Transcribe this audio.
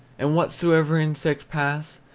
and whatsoever insect pass,